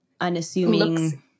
unassuming